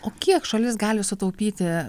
o kiek šalis gali sutaupyti